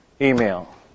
email